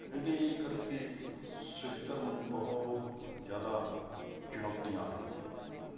ਇਹਦੇ ਕਰਕੇ ਸਿੱਖ ਧਰਮ ਨੂੰ ਬਹੁਤ ਜ਼ਿਆਦਾ ਚੁਣੌਤੀਆਂ ਆ ਰਹੀਆਂ